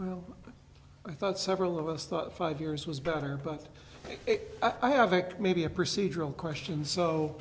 well i thought several of us thought five years was better but i have ect maybe a procedural question so